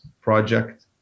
project